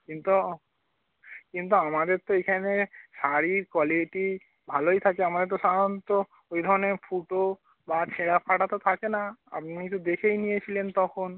কিন্তু কিন্তু আমাদের তো এইখানে শাড়ির কোয়ালিটি ভালোই থাকে আমাদের তো সাধারণত ওই ধরনের ফুটো বা ছেঁড়া ফাটা তো থাকে না আপনিই তো দেখেই নিয়েছিলেন তখন